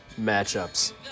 matchups